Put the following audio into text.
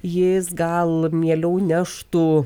jis gal mieliau neštų